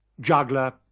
Juggler